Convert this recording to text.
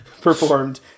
performed